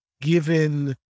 Given